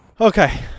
Okay